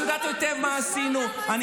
לשמוע מה מועצת השורא תגיד.